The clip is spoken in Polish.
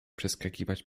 przeskakiwać